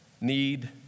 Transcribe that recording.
need